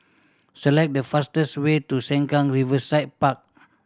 select the fastest way to Sengkang Riverside Park